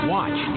Watch